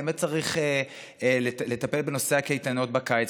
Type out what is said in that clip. באמת צריך לטפל בנושא הקייטנות בקיץ,